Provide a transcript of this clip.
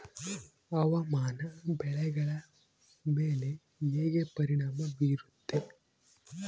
ಹವಾಮಾನ ಬೆಳೆಗಳ ಮೇಲೆ ಹೇಗೆ ಪರಿಣಾಮ ಬೇರುತ್ತೆ?